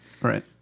Right